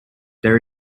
there